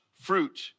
fruit